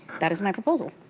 that is my proposal.